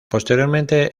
posteriormente